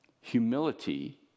Humility